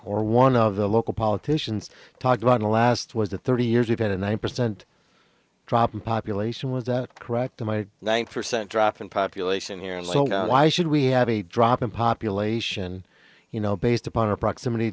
or one of the local politicians talked about in the last was the thirty years we've had a nine percent drop in population was that correct to my nine percent drop in population here and so why should we have a drop in population you know based upon our proximity